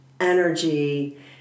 energy